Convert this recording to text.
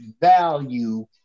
value